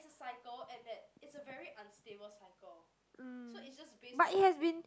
mm but it has been